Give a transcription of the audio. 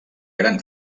gran